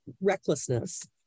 recklessness